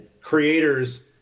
creators